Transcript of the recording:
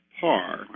par